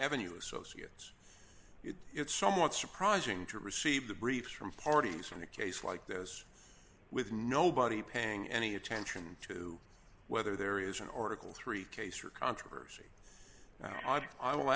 avenue associates it's somewhat surprising to receive the briefs from parties on a case like this with nobody paying any attention to whether there is an article three case or controversy i will